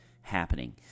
happening